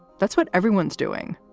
that's what everyone's doing.